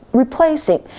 replacing